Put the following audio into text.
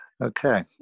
Okay